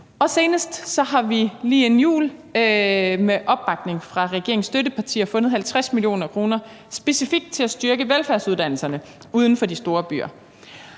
og senest har vi lige inden jul med opbakning fra regeringens støttepartier fundet 50 mio. kr. til specifikt at styrke velfærdsuddannelserne uden for de store byer.